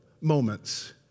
moments